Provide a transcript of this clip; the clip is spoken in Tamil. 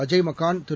அஜய் மக்கான் திரு